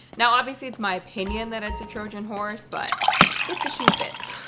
now obviously, it's my opinion that it's a trojan horse but if the shoe fits.